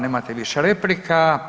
nemate više replika.